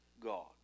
God